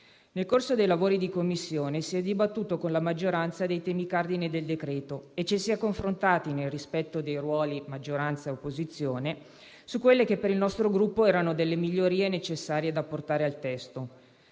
Nel corso dei lavori di Commissione si è dibattuto con la maggioranza dei temi cardine del decreto-legge e ci si è confrontati, nel rispetto dei ruoli di maggioranza e opposizione, su quelle che per il nostro Gruppo erano delle migliorie necessarie da apportare al testo.